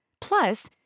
Plus